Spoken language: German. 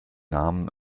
namen